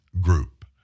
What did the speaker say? group